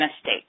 state